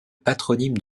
patronyme